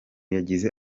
yagize